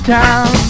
town